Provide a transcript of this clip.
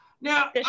Now